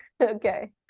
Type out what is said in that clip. okay